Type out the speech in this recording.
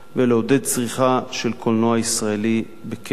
ולעודד צריכה של קולנוע ישראלי בקרב